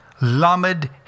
lamed